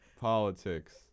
politics